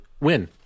win